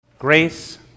Grace